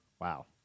Wow